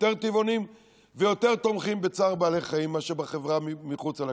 יותר טבעונים ויותר תומכים בצער בעלי חיים מאשר בחברה מחוץ לכנסת.